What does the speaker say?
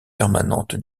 permanente